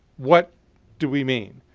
what do we mean?